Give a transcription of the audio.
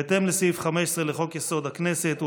בהתאם לסעיף 15 לחוק-יסוד: הכנסת,